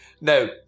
now